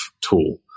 tool